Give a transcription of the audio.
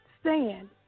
Stand